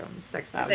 Six